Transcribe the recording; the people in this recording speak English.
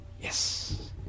Yes